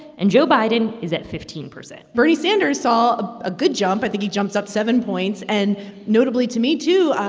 and joe biden is at fifteen point bernie sanders saw a good jump. i think he jumps up seven points. and notably to me, too,